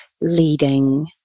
leading